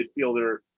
midfielder